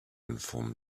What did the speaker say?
inform